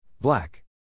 Black